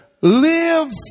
live